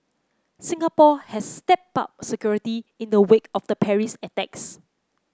Singapore has stepped up security in the wake of the Paris attacks